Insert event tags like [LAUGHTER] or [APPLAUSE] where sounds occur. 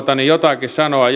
jotakin sanoa [UNINTELLIGIBLE]